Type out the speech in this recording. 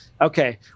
Okay